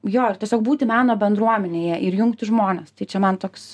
jo ir tiesiog būti meno bendruomenėje ir jungti žmones tai čia man toks